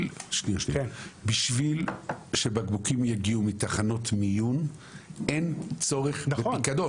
בשביל שבקבוקים יגיעו מתחנות מיון אין צורך בפיקדון.